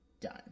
done